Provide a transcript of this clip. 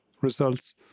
results